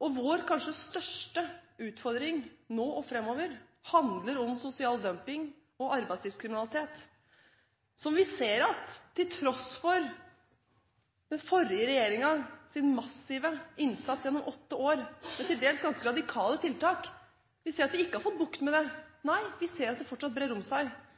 Vår kanskje største utfordring nå og framover handler om sosial dumping og arbeidslivskriminalitet, som vi ser at vi – til tross for den forrige regjeringens massive innsats gjennom åtte år, med til dels ganske radikale tiltak – ikke har fått bukt med. Vi ser at det fortsatt brer om seg.